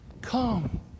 Come